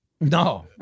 No